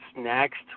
next